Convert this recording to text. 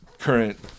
current